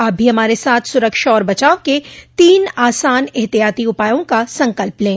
आप भी हमारे साथ सुरक्षा और बचाव के तीन आसान एहतियाती उपायों का संकल्प लें